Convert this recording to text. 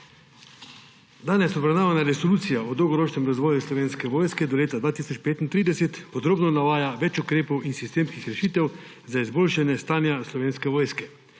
Danes obravnavana resolucija o dolgoročnem razvoju Slovenske vojske do leta 2035 podrobno navaja več ukrepov in sistemskih rešitev za izboljšanje stanja Slovenske vojske,